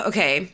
Okay